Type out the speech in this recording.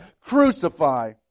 crucify